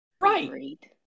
right